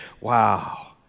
wow